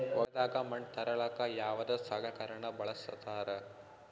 ಹೊಲದಾಗ ಮಣ್ ತರಲಾಕ ಯಾವದ ಸಲಕರಣ ಬಳಸತಾರ?